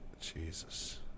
Jesus